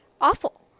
awful